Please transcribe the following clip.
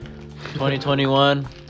2021